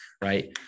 right